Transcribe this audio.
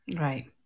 right